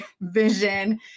vision